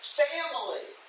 family